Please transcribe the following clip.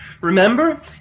Remember